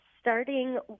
starting